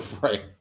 Right